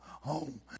home